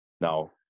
Now